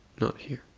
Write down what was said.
not here.